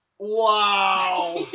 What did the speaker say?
wow